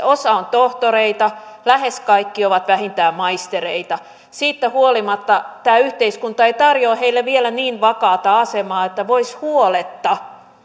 osa on tohtoreita lähes kaikki ovat vähintään maistereita siitä huolimatta tämä yhteiskunta ei tarjoa heille vielä niin vakaata asemaa että voisi huoletta